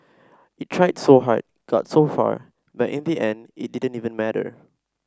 it tried so hard got so far but in the end it didn't even matter